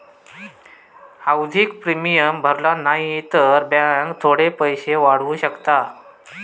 आवधिक प्रिमियम भरला न्हाई तर बॅन्क थोडे पैशे वाढवू शकता